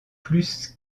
plus